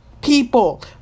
people